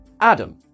Adam